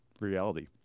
Reality